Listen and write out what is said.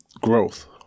Growth